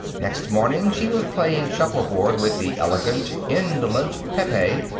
next morning she was playing shuffleboard with the elegant, indolent pepe,